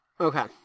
okay